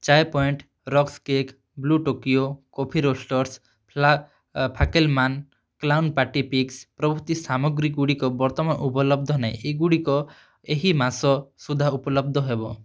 Chai Point rusk cake blue Tokyo coffee roasters ଫ୍ଲା ଫାକେଲମାନ clown party picks ପ୍ରଭୃତି ସାମଗ୍ରୀ ଗୁଡ଼ିକ ବର୍ତ୍ତମାନ ଉପଲବ୍ଧ ନାହିଁ ଏଗୁଡ଼ିକ ଏହି ମାସ ସୁଦ୍ଧା ଉପଲବ୍ଧ ହେବ